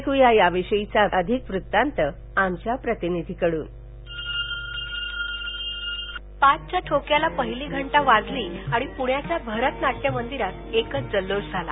ऐक्या याविषयीचा अधिक वृत्तांत आमच्या प्रतिनिधीकडून पाचच्या ठोक्याला पहिली घंटा वाजली आणि पृण्याच्या भरत नाटय मंदिरात एकच जल्लोष झाला